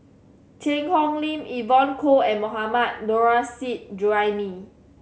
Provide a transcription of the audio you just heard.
Cheang Hong Lim Evon Kow and Mohammad Nurrasyid Juraimi